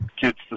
kids